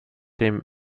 dem